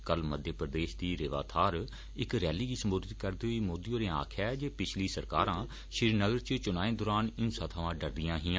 कल मध्य प्रदेश दी रेवा थाहर इक रैली गी संबोधित करदे होई मोदी होरे आक्खेआ ऐ जे पिछली सरकारां श्रीनगर च चुनाएं दौरान हिंसा थवां डरदियां हियां